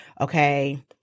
okay